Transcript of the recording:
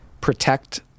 protect